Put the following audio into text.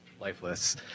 lifeless